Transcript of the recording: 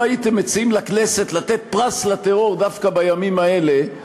לא הייתם מציעים לכנסת לתת פרס לטרור דווקא בימים האלה,